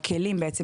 הכלים בעצם,